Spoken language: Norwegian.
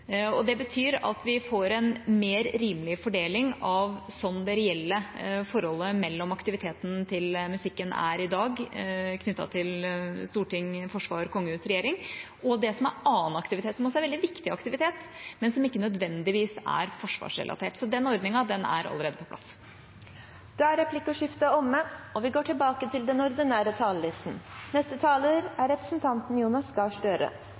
Det betyr at vi får en mer rimelig fordeling av det som er det reelle forholdet mellom aktiviteten til Forsvarets musikk i dag knyttet til Stortinget, Forsvaret, kongehuset og regjeringa, og det som er annen aktivitet, som også er veldig viktig aktivitet, men som ikke nødvendigvis er forsvarsrelatert. Så den ordningen er allerede på plass. Da er replikkordskiftet omme. Det er en svært viktig enighet som vi